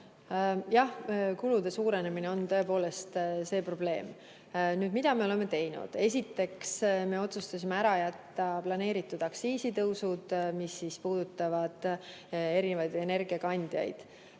Jah, kulude suurenemine on tõepoolest probleem. Mida me oleme teinud? Esiteks, me otsustasime ära jätta planeeritud aktsiisitõusud, mis puudutavad erinevaid energiakandjaid.